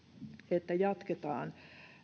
että jatketaan